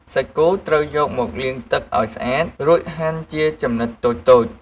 សាច់គោត្រូវយកមកលាងទឹកឱ្យស្អាត រួចហាន់ជាចំណិតតូចៗ។